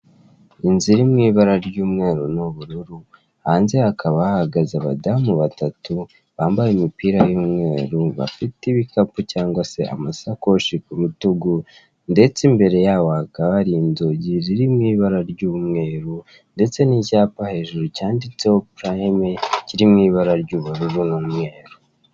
Inzu iri mu ibara ry'umweru n'ubururu, hanze hakaba hahagaze abadamu babatu, bambaye imipira y'umweru, bafite ibikapu cyangwa se amasakoshi ku rutugu, ndetse imbere yabo hakaba hari inzugi ziri mu ibara ry'umweru, ndetse n'icyapa hejuru, cyanditseho purayime, kiri mu ibara ry'ubururu n'umweru.